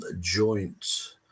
joint